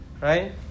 Right